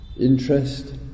interest